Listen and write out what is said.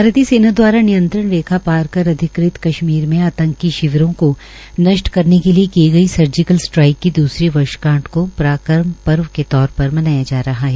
भारतीय सेना द्वारा नियंत्रण रेखा पार कर अधिकृत कश्मीर में आंतकी शिविरों को नष्ट करने के लिए की गई सर्जिकल स्ट्राईक की दूसरी वर्षगांठ को पराक्रम पर्व के तौर पर मनाया जा रहा है